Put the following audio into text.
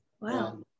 wow